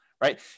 right